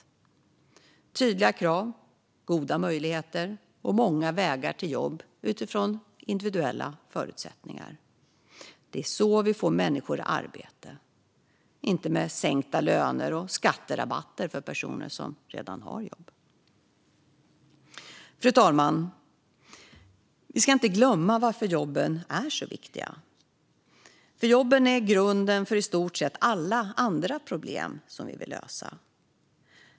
Med tydliga krav, goda möjligheter och många vägar till jobb utifrån individuella förutsättningar, det är så vi får människor i arbete, inte med sänkta löner och skatterabatter för personer som redan har jobb. Fru talman! Vi ska inte glömma varför jobben är så viktiga. Jobben är grunden för i stort sett alla andra problem vi vill lösa.